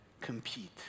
compete